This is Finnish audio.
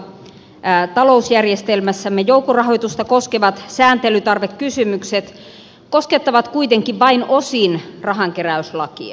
talousjärjestelmässämme joukkorahoitusta koskevat sääntelytarvekysymykset koskettavat kuitenkin vain osin rahankeräyslakia